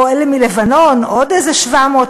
או אלה מלבנון, עוד איזה 700,000?